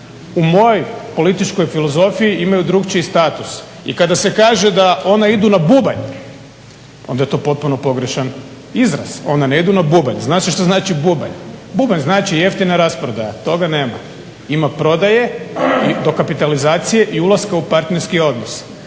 u mojoj političkoj filozofiji imaju drukčiji status. I kada se kaže da ona idu na bubanj, onda ja to potpuno pogrešan izraz. Ona ne idu na bubanj, zna se šta znači bubanj. Bubanj znači jeftina rasprodaja, toga nema. Ima prodaje, i dokapitalizacije i ulaska u partnerski odnos.